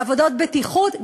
עבודות בטיחות.